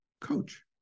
coach